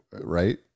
right